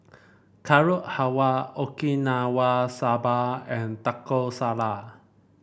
Carrot Halwa Okinawa Soba and Taco Salad